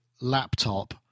laptop